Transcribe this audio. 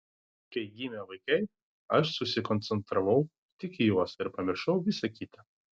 kai gimė vaikai aš susikoncentravau tik į juos ir pamiršau visa kita